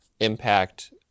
impact